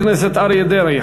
אריה דרעי.